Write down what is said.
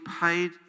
paid